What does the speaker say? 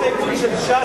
יש הסתייגות של ש"ס,